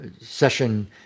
session